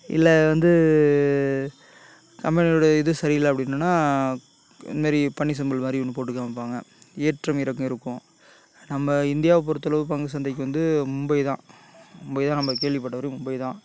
இல்லை வந்து கம்பெனியோடைய இது சரி இல்லை அப்படின் சொன்னால் இந்தமாரி பன்னி சிம்புல் மாதிரி ஒன்று போட்டுக் காமிப்பாங்க ஏற்றம் இறக்கம் இருக்கும் நம்ம இந்தியாவை பொறுத்தளவு பங்கு சந்தைக்கு வந்து மும்பை தான் மும்பை தான் நம்ப கேள்விப்பட்ட வரையும் மும்பை தான்